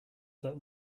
that